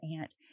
aunt